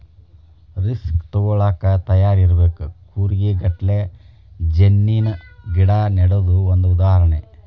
risk ತುಗೋಳಾಕ ತಯಾರ ಇರಬೇಕ, ಕೂರಿಗೆ ಗಟ್ಲೆ ಜಣ್ಣಿನ ಗಿಡಾ ನೆಡುದು ಒಂದ ಉದಾಹರಣೆ